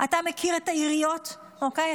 אתה מכיר את העיריות, אוקיי?